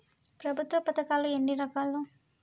ప్రభుత్వ పథకాలు ఎన్ని రకాలు?